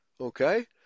Okay